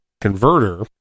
converter